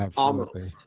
um almost.